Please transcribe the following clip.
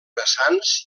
vessants